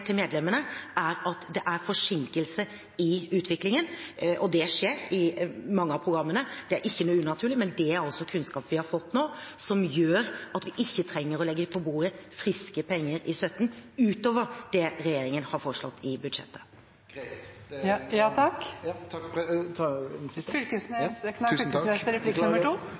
til medlemmene, er at det er forsinkelse i utviklingen. Det skjer i mange av programmene, det er ikke noe unaturlig. Men det er kunnskap vi har fått nå, som gjør at vi ikke trenger å legge på bordet friske penger i 2017, utover det regjeringen har foreslått i budsjettet.